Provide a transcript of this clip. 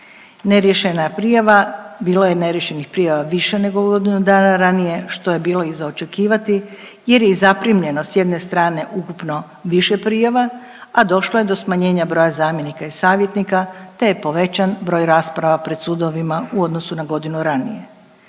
neriješena prijava, bilo je neriješenih prijava više nego godinu dana ranije, što je bilo i za očekivati jer je i zaprimljeno s jedne strane ukupno više prijava, a došlo je do smanjenja broja zamjenika i savjetnika, te je povećan broj rasprava pred sudovima u odnosu na godinu ranije.